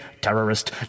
Terrorist